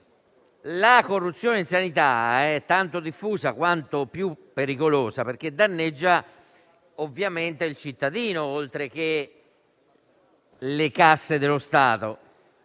La corruzione in sanità è tanto diffusa quanto più pericolosa perché danneggia il cittadino oltre che le casse dello Stato.